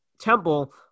Temple